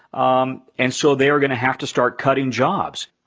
um and so they are gonna have to start cutting jobs.